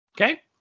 Okay